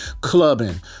clubbing